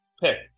pick